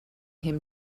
him